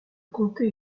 comté